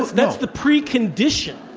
that's the precondition.